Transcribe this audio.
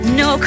no